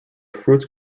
fruits